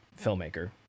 filmmaker